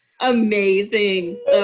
Amazing